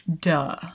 Duh